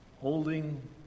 holding